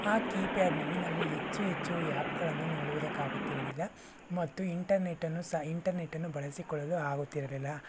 ಆ ಕೀಪ್ಯಾಡ್ನಲ್ಲಿ ನಾವು ಹೆಚ್ಚು ಹೆಚ್ಚು ಆ್ಯಪ್ಗಳನ್ನು ನೋಡುವುದಕ್ಕಾಗುತ್ತಿರಲಿಲ್ಲ ಮತ್ತು ಇಂಟರ್ನೆಟ್ಟನ್ನು ಸಹ ಇಂಟರ್ನೆಟ್ಟನ್ನು ಬಳಸಿಕೊಳ್ಳಲು ಆಗುತ್ತಿರಲಿಲ್ಲ